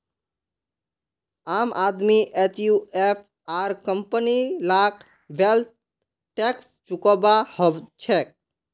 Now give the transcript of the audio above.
आम आदमी एचयूएफ आर कंपनी लाक वैल्थ टैक्स चुकौव्वा हछेक